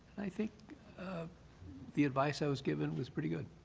i think um the advice i was given was pretty good.